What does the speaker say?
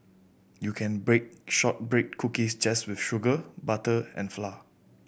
you can bake shortbread cookies just with sugar butter and flour